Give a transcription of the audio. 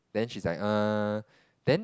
then she's like err then